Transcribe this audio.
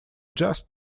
just